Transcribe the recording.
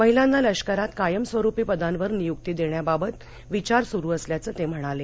महिलांना लष्करात कायमस्वरूपी पदांवर नियुक्ती देण्याबाबत विचार सुरू असल्याचं ते म्हणाले